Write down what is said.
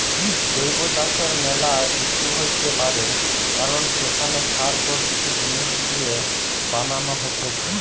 জৈব চাষের ম্যালা ইস্যু হইতে পারে কারণ সেখানে সার প্রাকৃতিক জিনিস লিয়ে বানান হতিছে